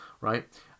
right